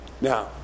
Now